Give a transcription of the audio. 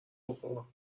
بخور